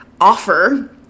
offer